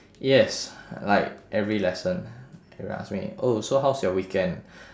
yes like every lesson they will ask me oh so how's your weekend